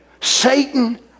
Satan